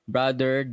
Brother